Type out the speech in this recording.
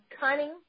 cunning